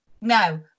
No